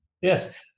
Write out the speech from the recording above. yes